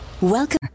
Welcome